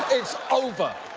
it's over.